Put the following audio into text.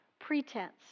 pretense